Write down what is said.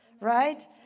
right